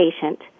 patient